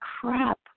crap